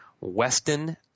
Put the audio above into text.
Weston